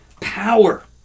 power